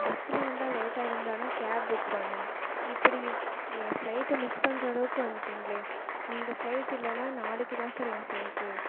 பஸ்ஸில் வந்தால் லேட்டாகிடுன்னு தானே கேப் புக் பண்ணேன் இப்படி என் ஃபிளைட்டை மிஸ் பண்ற அளவுக்கு வந்துட்டீங்களே இந்த ஃபிளைட் இல்லைன்னா நாளைக்கு தான் சார் என் ஃபிளைட்டு